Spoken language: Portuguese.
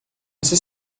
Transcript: você